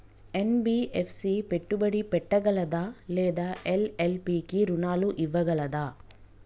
NBFC పెట్టుబడి పెట్టగలదా లేదా ఎల్.ఎల్.పి కి రుణాలు ఇవ్వగలదా?